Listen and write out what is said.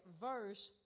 verse